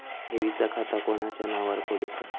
ठेवीचा खाता कोणाच्या नावार खोलूचा?